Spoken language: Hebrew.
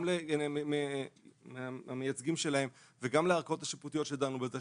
גם למייצגים שלהם וגם לערכאות השיפוטיות שדנו בזה,